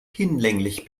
hinlänglich